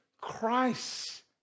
Christ